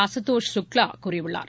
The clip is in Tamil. அசுதோஸ் சுக்லா கூறியுள்ளார்